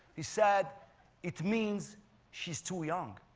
he said it means she's too young.